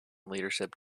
leadership